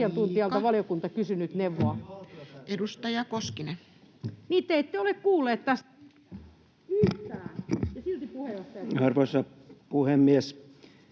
Arvoisa puhemies!